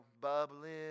bubbling